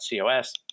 COS